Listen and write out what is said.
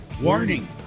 warning